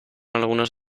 algunas